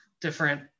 different